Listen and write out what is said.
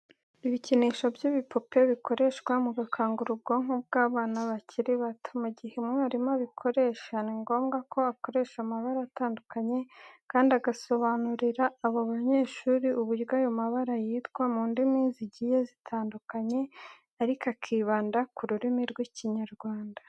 Ibikinisho by'ibipupe bikoreshwa mu gukangura ubwonko bw'abana bakiri bato, mu gihe umwarimu abikoresha, ni ngombwa ko akoresha amabara atandukanye kandi agasobanurira abo banyeshuri uburyo ayo mabara yitwa mu ndimi zigiye zitandukanye ariko akibanda ku rurimi rw'Ikinyarwanda.